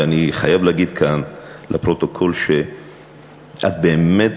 ואני חייב להגיד כאן לפרוטוקול שאת באמת